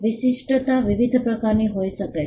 વિશિષ્ટતા વિવિધ પ્રકારની હોઈ શકે છે